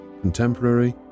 contemporary